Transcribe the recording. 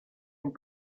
and